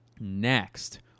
Next